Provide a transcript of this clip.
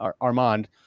Armand